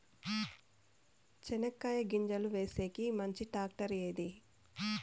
చెనక్కాయ గింజలు వేసేకి మంచి టాక్టర్ ఏది?